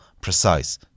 precise